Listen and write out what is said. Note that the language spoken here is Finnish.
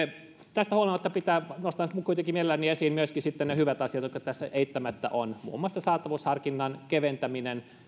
tästä huolimatta nostaisin kuitenkin mielelläni esiin myöskin sitten ne hyvät asiat joita tässä eittämättä on muun muassa saatavuusharkinnan keventäminen